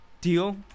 Deal